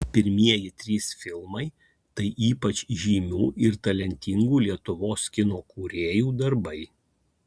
pirmieji trys filmai tai ypač žymių ir talentingų lietuvos kino kūrėjų darbai